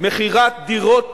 מכירת דירות